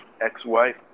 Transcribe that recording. ex-wife